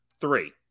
three